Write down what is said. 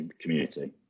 community